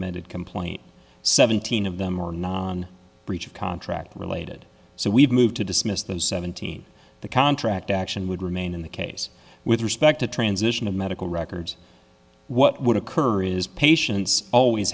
amended complaint seventeen of them are not on breach of contract related so we've moved to dismiss those seventeen the contract action would remain in the case with respect to transition of medical records what would occur is patients always